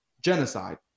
genocide